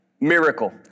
miracle